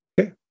Okay